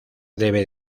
debe